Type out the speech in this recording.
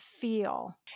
feel